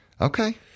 Okay